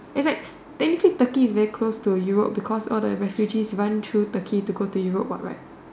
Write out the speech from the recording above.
that's right technically Turkey is very close to Europe because all the refugees run through turkey to go to Europe right